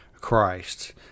Christ